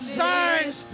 signs